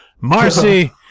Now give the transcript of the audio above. Marcy